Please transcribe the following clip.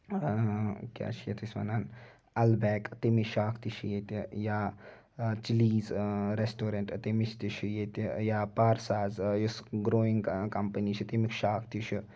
کیٛاہ چھِ یتھ أسۍ وَنان اَل بیک تٔمِچ شاکھ تہِ چھِ ییٚتہِ یا چِلیٖز یا ریسٹورنٹ تَمِچ تہِ چھِ ییٚتہِ یا پارساز یُس گرویِنگ کَمپٔنی چھِ تَمِچ شاکھ تہِ چھِ